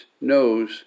knows